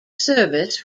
service